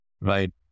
Right